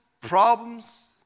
problems